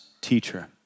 teacher